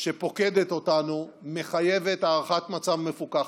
שפוקדת אותנו מחייבת הערכת מצב מפוקחת.